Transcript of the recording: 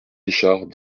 richard